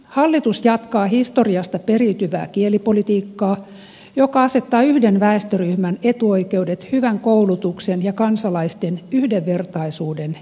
hallitus jatkaa historiasta periytyvää kielipolitiikkaa joka asettaa yhden väestöryhmän etuoikeudet hyvän koulutuksen ja kansalaisten yhdenvertaisuuden edelle